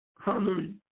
Hallelujah